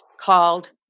called